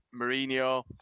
Mourinho